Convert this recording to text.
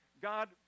God